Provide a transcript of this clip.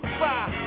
five